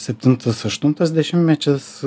septintas aštuntas dešimtmečis